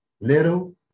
Little